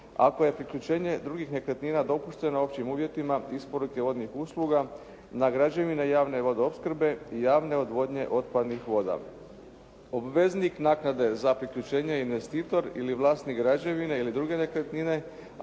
ako je priključenje drugih nekretnina dopušteno općim uvjetima isporuke vodnih usluga na građevine i javne vodoopskrbe i javne odvodnje otpadnih voda. Obveznik naknade za priključenje investitor ili vlasnik građevine ili druge nekretnine